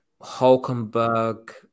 Hulkenberg